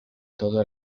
todo